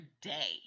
day